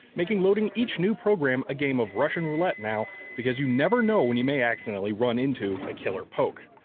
making loading each new program a game of russian roulette now because you never know when you may accidentally run into a killer poke.